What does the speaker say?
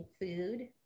food